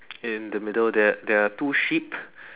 in the middle there there are two sheep